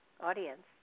audience